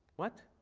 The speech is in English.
what?